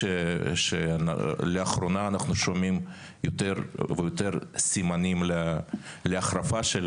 לאחרונה אנחנו שומעים יותר ויותר סימנים להחרפה של